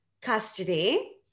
custody